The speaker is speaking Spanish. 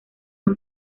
han